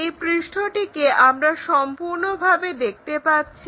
এই পৃষ্ঠটিকে আমরা সম্পূর্ণভাবে দেখতে পাচ্ছি